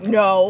no